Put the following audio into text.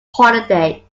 holiday